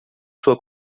sua